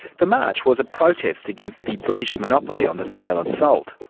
the march was a protest against the british monopoly on the sale of salt.